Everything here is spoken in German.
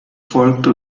folgte